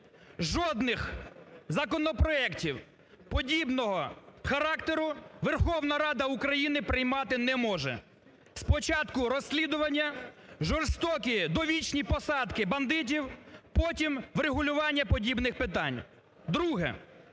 жодних законопроектів подібного характеру Верховна Рада України приймати не може. Спочатку розслідування, жорстокі довічні посадки бандитів, потім врегулювання подібних питань. Друге.